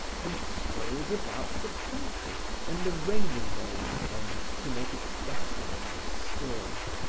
and strolled about the country when the rainy days came to make it desolate and still.